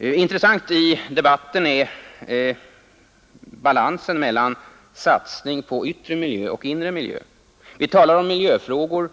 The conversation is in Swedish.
Intressant i debatten är balansen mellan satsning på yttre miljö och inre miljö. Vi talar om miljöfrågor